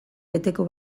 beteko